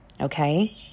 Okay